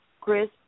Chris